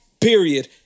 period